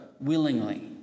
willingly